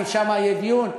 כי שם יהיה דיון,